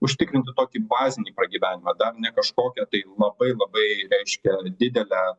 užtikrinti tokį bazinį pragyvenimą dar ne kažkokio tai labai labai reiškia didelę